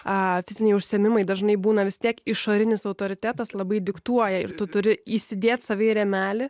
a fiziniai užsiėmimai dažnai būna vis tiek išorinis autoritetas labai diktuoja ir tu turi įsidėti save į rėmelį